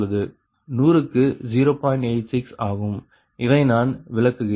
86 ஆகும் இதை நான் விளக்குகிறேன்